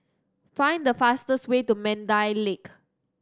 find the fastest way to Mandai Lake